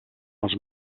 els